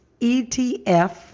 ETF